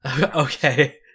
Okay